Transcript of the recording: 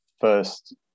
first